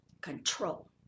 Control